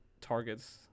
targets